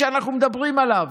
שאנחנו מדברים עליו.